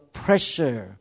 pressure